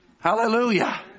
Hallelujah